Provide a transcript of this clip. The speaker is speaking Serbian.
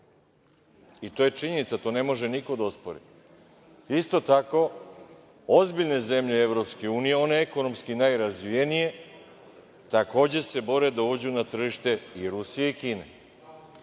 To je činjenica i to ne može niko da ospori. Isto tako, ozbiljne zemlje EU, one ekonomski najrazvijenije, takođe se bore da uđu na tržište i Rusije i Kine.